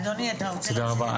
תודה רבה,